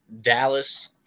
Dallas